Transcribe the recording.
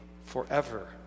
forever